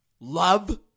love